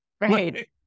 Right